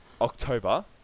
October